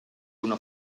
una